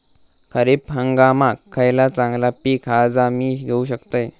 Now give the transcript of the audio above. खरीप हंगामाक खयला चांगला पीक हा जा मी घेऊ शकतय?